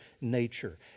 nature